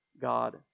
god